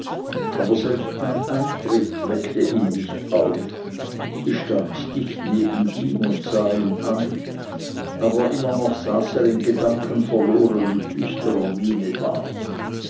aber selbst mein eintritt weckte ihn nicht auf ich stand dicht neben ihm und sah ihn an aber immer noch saß er in gedanken verloren mit düsterer miene da